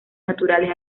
naturales